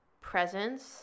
presence